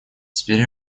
теперь